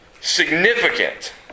significant